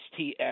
STF